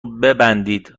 ببندید